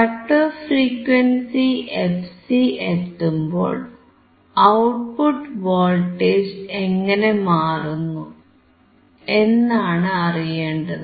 cut off frequency fc എത്തുമ്പോൾ output voltage എങ്ങനെ മാറുന്നു എന്നാണ് അറിയേണ്ടത്